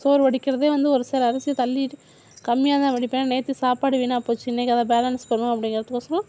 சோறு வடிக்கிறதே வந்து ஒரு சில அரிசியை தள்ளிவிட்டு கம்மியாகதான் வடிப்பேன் நேற்று சாப்பாடு வீணாக போச்சு இன்னிக்கி அதை பேலன்ஸ் பண்ணுவோம் அப்படிங்குறத்துக்கோசரம்